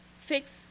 fix